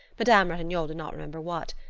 madame ratignolle did not remember what.